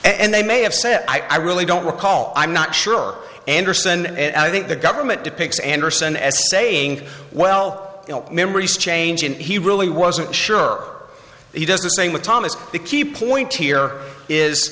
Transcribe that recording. and they may have said i really don't recall i'm not sure anderson and i think the government depicts anderson as saying well memories change and he really wasn't sure he does the same with thomas the key point here is